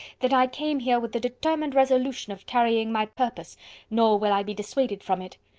that i came here with the determined resolution of carrying my purpose nor will i be dissuaded from it.